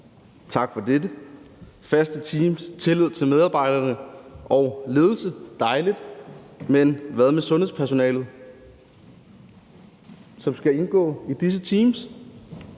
tak for det – med faste teams og tillid til medarbejderne og ledelsen. Det er dejligt, men hvad med sundhedspersonalet, som skal indgå i disse teams?